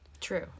True